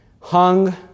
Hung